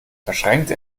verschränkte